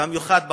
במיוחד במושבים,